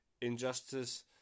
injustice